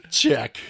check